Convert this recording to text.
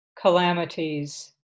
calamities